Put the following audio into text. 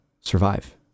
survive